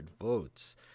votes